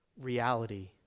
reality